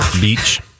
Beach